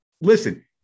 listen